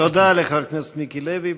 תודה לחבר הכנסת מיקי לוי.